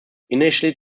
initially